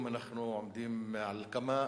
הוא צריך להיות,